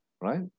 right